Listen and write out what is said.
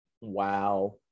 Wow